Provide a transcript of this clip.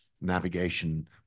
navigation